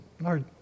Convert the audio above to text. Lord